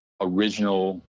original